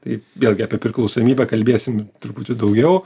tai vėlgi apie priklausomybę kalbėsim truputį daugiau